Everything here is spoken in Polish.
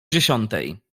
dziesiątej